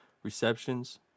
receptions